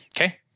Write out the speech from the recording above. Okay